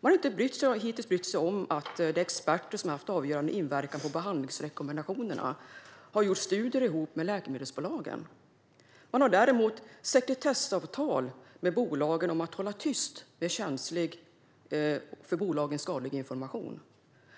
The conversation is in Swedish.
Man har hittills inte brytt sig om att de experter som har haft avgörande inverkan på behandlingsrekommendationerna har gjort studier ihop med läkemedelsbolagen. Det finns däremot sekretessavtal med bolagen om att hålla tyst med känslig och för bolagen skadlig information.